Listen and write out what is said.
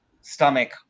stomach